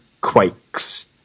quakes